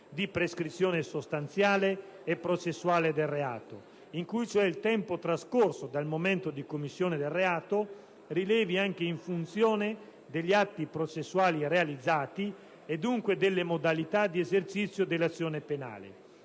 di prescrizione sostanziale e processuale del reato, in cui cioè il tempo trascorso dal momento della commissione del reato rilevi anche in funzione degli atti processuali realizzati e dunque delle modalità di esercizio dell'azione penale.